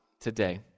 today